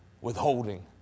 Withholding